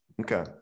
okay